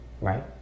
Right